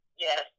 Yes